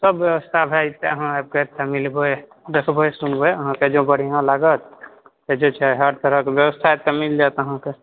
सब व्यवस्था भए जेतै अहाँ आबिक एहिठाम मिलबै देखबै सुनबै अहाँके जँ बढ़िऑं लागत से जे छै हर तरह के व्यवस्था एतऽ मिल जायत अहाँके